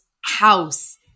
house